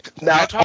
Now